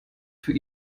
für